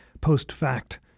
post-fact